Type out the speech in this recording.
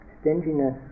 Stinginess